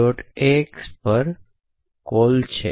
ax પર call છે